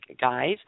guys